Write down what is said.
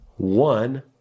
One